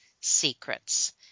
Secrets